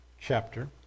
chapter